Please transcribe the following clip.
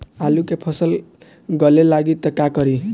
आलू के फ़सल गले लागी त का करी?